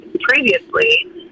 previously